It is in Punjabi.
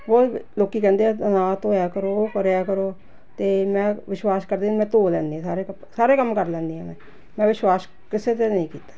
ਬਹੁਤ ਲੋਕੀ ਐਂ ਕਹਿੰਦੇ ਆਹ ਧੋਇਆ ਕਰੋ ਕਰਿਆ ਕਰੋ ਤੇ ਮੈਂ ਵਿਸ਼ਵਾਸ ਕਰਦੀ ਨੀ ਮੈਂ ਧੋ ਲੈਂਦੀ ਆ ਸਾਰੇ ਕੱਪ ਸਾਰੇ ਕੰਮ ਕਰ ਲੈਂਦੀ ਆ ਮੈਂ ਵਿਸ਼ਵਾਸ ਕਿਸੇ ਤੇ ਨਹੀਂ ਕੀਤਾ